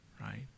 right